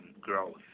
growth